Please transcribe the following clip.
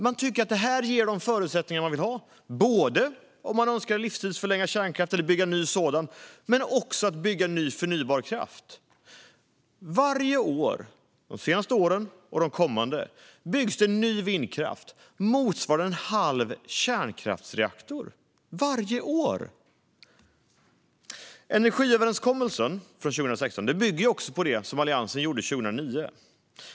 Man tycker att det här ger de förutsättningar man vill ha, både om man önskar livstidsförlänga kärnkraft eller bygga ny sådan och också för att bygga ny, förnybar kraft. Varje år de senaste åren och de kommande byggs det ny vindkraft motsvarande en halv kärnkraftsreaktor - varje år! Energiöverenskommelsen från 2016 bygger på det Alliansen gjorde 2009.